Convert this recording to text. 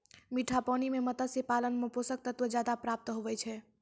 मीठा पानी मे मत्स्य पालन मे पोषक तत्व ज्यादा प्राप्त हुवै छै